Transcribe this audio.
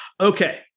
Okay